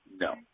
No